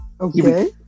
Okay